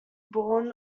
born